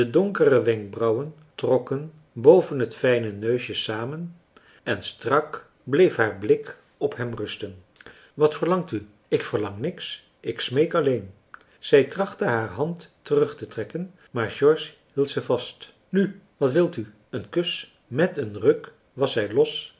brauwen trokken boven het fijne neusje samen en strak bleef haar blik op hem rusten wat verlangt u ik verlang niets ik smeek alleen zij trachtte haar hand terugtetrekken maar george hield ze vast nu wat wil u een kus met een ruk was zij los